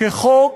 חוק